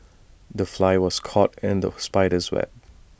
the fly was caught in the spider's web